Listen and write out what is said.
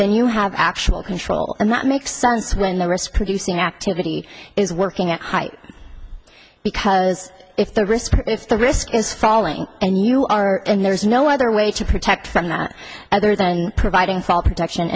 then you have actual control and that makes sense when the rest producing activity is working at height because if the risk if the risk is falling and you are and there is no other way to protect from that other than providing protection